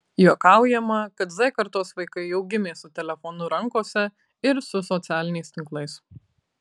juokaujama kad z kartos vaikai jau gimė su telefonu rankose ir su socialiniais tinklais